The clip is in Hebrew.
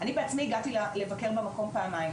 אני בעצמי הגעתי לבקר במקום פעמיים,